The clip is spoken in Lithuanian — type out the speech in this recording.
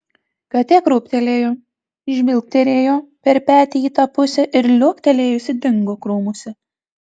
katė krūptelėjo žvilgterėjo per petį į tą pusę ir liuoktelėjusi dingo krūmuose